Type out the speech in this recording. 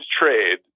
trade